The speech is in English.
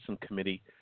committee